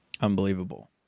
Unbelievable